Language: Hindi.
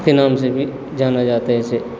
के नाम से भी जाना जाता है इसे